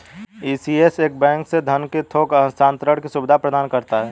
ECS एक bank से धन के थोक हस्तांतरण की सुविधा प्रदान करता है